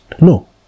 No